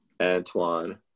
Antoine